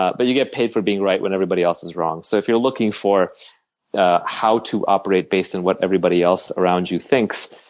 ah but you get paid for being right when everybody else is wrong. so if you're looking for ah how to operate based on what everybody else around you thinks,